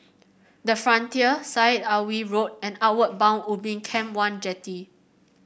the Frontier Syed Alwi Road and Outward Bound Ubin Camp one Jetty